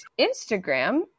Instagram